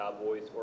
Cowboys